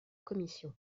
commission